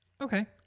Okay